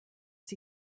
sie